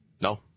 No